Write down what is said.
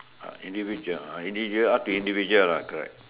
uh individual individual up to individual lah correct